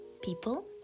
People